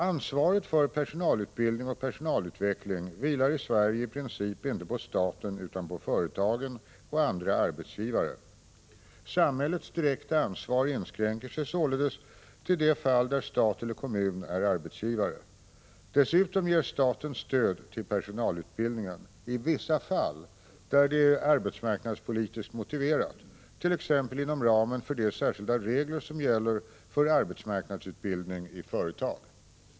Ansvaret för personalutbildning och personalutveckling vilar i Sverige i princip inte på staten utan på företagen och andra arbetsgivare. Samhällets direkta ansvar inskränker sig således till de fall där stat eller kommun är arbetsgivare. Dessutom ger staten stöd till personalutbildningen i vissa fall där det är arbetsmarknadspolitiskt motiverat, t.ex. inom ramen för de särskilda regler som gäller för arbetsmarknadsutbildning i företag.